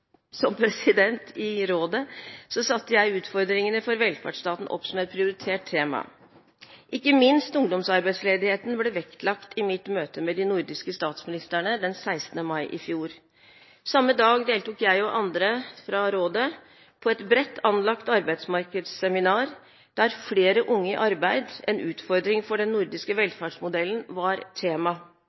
i rådet satte jeg utfordringene for velferdsstaten opp som et prioritert tema. Ikke minst ungdomsarbeidsledigheten ble vektlagt i mitt møte med de nordiske statsministrene den 16. mai i fjor. Samme dag deltok jeg og andre fra rådet på et bredt anlagt arbeidsmarkedsseminar der «flere unge i arbeid – en utfordring for den nordiske velferdsmodellen» var tema,